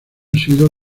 sido